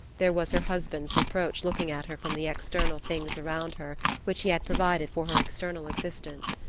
there was her husband's reproach looking at her from the external things around her which he had provided for her external existence.